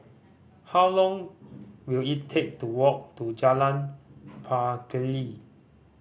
how long will it take to walk to Jalan Pacheli